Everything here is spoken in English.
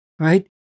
right